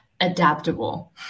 adaptable